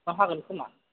उनाव हागोन खोमा